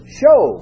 show